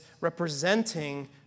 representing